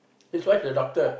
his wife's a doctor